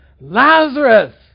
Lazarus